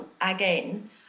again